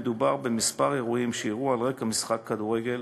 מדובר בכמה אירועים שאירעו על רקע משחק כדורגל